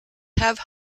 have